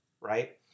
right